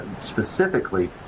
specifically